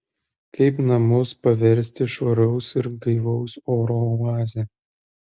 kaip namus paversti švaraus ir gaivaus oro oaze